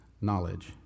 knowledge